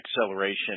acceleration